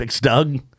Doug